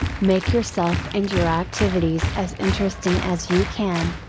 make yourself and your activities as interesting as you can,